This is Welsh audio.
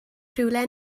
rhywle